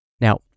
Now